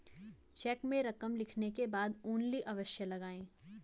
check में रकम लिखने के बाद ओन्ली अवश्य लगाएँ